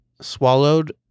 Swallowed